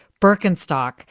Birkenstock